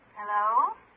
Hello